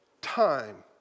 time